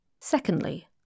Secondly